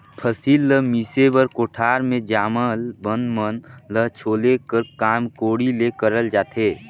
फसिल ल मिसे बर कोठार मे जामल बन मन ल छोले कर काम कोड़ी ले करल जाथे